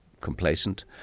complacent